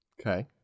Okay